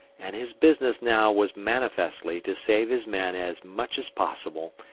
and his business now was manifestly to save his men as much as possible,